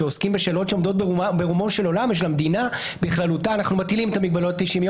"ואולם האיסורים וההגבלות לפי סעיפים 2א,